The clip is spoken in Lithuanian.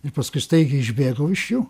ir paskui staigiai išbėgau iš jų